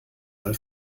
mal